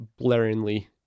blaringly